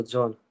John